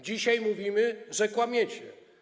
Dzisiaj mówimy, że kłamiecie.